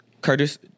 Curtis